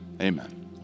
amen